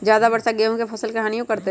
ज्यादा वर्षा गेंहू के फसल के हानियों करतै?